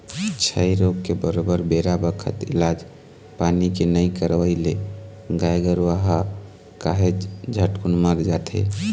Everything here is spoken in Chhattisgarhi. छई रोग के बरोबर बेरा बखत इलाज पानी के नइ करवई ले गाय गरुवा ह काहेच झटकुन मर जाथे